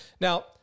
Now